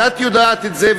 את יודעת את זה,